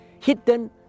hidden